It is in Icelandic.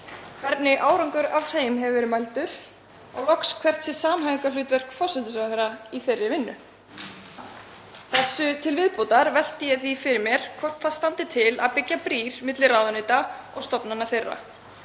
hvernig árangurinn af þeim hefur verið mældur og loks hvert sé samhæfingarhlutverk forsætisráðherra í þeirri vinnu. Þessu til viðbótar velti ég því fyrir mér hvort til standi að byggja brýr milli ráðuneyta og stofnana þeirra.